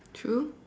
true